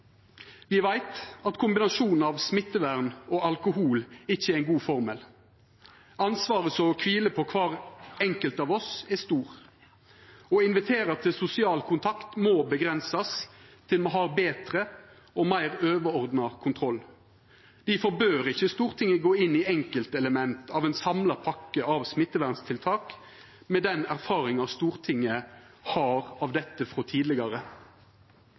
veit at kombinasjonen av smittevern og alkohol ikkje er ein god formel. Ansvaret som kviler på kvar enkelt av oss, er stort. Å invitera til sosial kontakt må avgrensast til me har betre og meir overordna kontroll. Difor bør ikkje Stortinget gå inn i enkeltelement av ein samla pakke av smitteverntiltak, med den erfaringa Stortinget har med dette frå tidlegare.